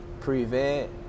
Prevent